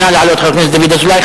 נא לעלות, חבר הכנסת דוד אזולאי.